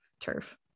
turf